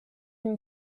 une